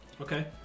Okay